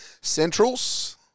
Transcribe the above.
centrals